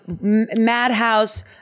madhouse